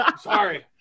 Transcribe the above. Sorry